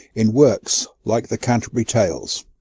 in works like the canterbury tales.